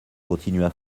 continua